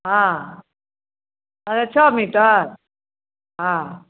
हँ कते छओ मीटर हँ